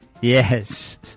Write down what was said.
Yes